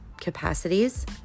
capacities